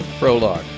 Prologue